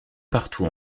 partout